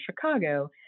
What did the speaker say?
Chicago